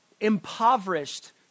Impoverished